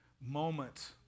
moment